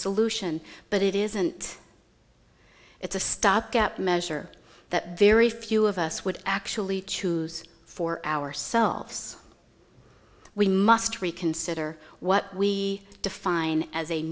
solution but it isn't it's a stopgap measure that very few of us would actually choose for ourselves we must reconsider what we define as a